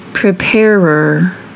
Preparer